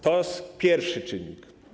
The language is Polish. To pierwszy czynnik.